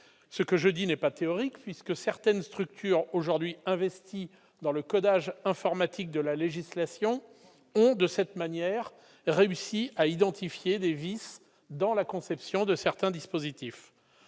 ce que je dis n'est pas théorique puisque certaines structures aujourd'hui investi dans le codage informatique de la législation de cette manière, réussi à identifier des vice dans la conception de certains dispositifs,